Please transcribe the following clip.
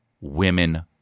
women